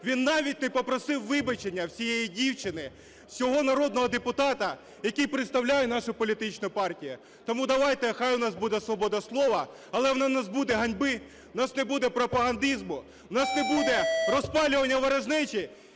він навіть не попросив вибачення в цієї дівчини, в цього народного депутата, який представляє нашу політичну партію. Тому давайте, хай у нас буде свобода слова, але в нас не буде ганьби, у нас не буде пропагандизму, в нас не буде розпалювання ворожнечі,